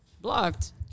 Blocked